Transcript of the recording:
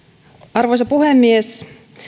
arvoisa puhemies